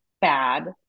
bad